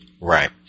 Right